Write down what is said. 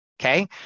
Okay